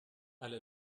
alle